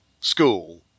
school